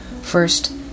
First